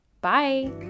Bye